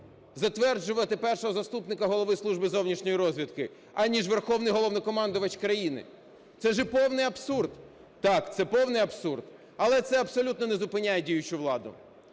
затверджувати першого заступника голови Служби зовнішньої розвідки аніж Верховний Головнокомандувач країни? Це ж повний абсурд. Так, це повний абсурд, але це абсолютно не зупиняє діючу владу.